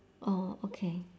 oh okay